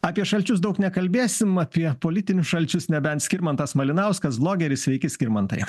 apie šalčius daug nekalbėsim apie politinius šalčius nebent skirmantas malinauskas zlogeris sveiki skirmantai